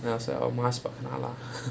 when I was like சாப்படலாமா:saapadalaamaa